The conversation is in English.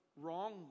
wrong